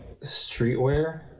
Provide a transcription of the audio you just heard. streetwear